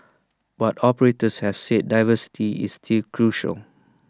but operators have said diversity is still crucial